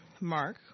Mark